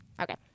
Okay